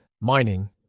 mining